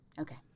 Okay